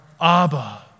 Abba